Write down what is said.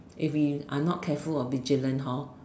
if we are not careful or vigilant hor